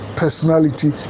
personality